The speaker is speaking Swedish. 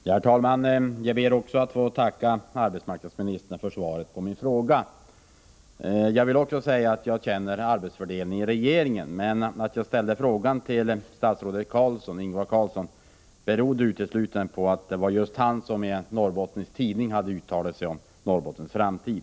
Herr talman! Också jag ber att få tacka arbetsmarknadsministern för svaret på min fråga. Jag är medveten om vilken arbetsfördelning som gäller inom regeringen. Att jag ställde frågan till statsrådet Ingvar Carlsson berodde på att det var han som i en Norrbottenstidning hade uttalat sig om Norrbottens framtid.